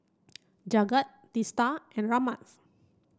Jagat Teesta and Ramnath